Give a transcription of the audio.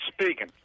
Speaking